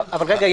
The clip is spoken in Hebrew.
רגע,